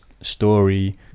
story